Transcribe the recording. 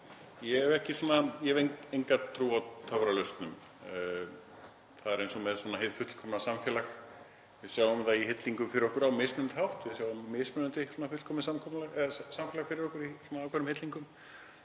Ég hef enga trú á töfralausnum. Það er eins og með hið fullkomna samfélag. Við sjáum það í hillingum fyrir okkur á mismunandi hátt. Við sjáum mismunandi fullkomið samfélag fyrir okkur í ákveðnum hillingum